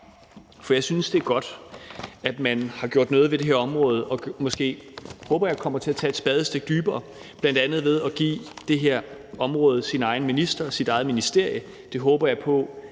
for jeg synes, det er godt, at man har gjort noget ved det her område og måske, håber jeg, kommer til at gå et spadestik dybere, bl.a. ved at give det her område sin egen minister og sit eget ministerie. Det håber jeg på